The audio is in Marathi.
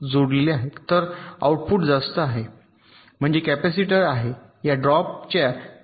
तर आउटपुट जास्त आहे म्हणजे कॅपेसिटर आहे या ड्रॉपच्या त्याच्या पूर्ण व्होल्टेज व्हीडीडीला वजा करा